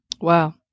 Wow